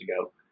ago